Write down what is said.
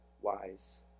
wise